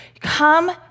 Come